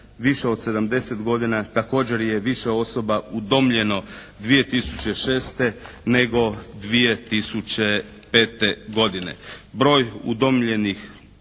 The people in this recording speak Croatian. više od 70 godina također je više osoba udomljeno 2006. nego 2005. godine.